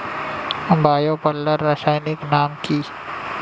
Bio পাল্লার রাসায়নিক নাম কি?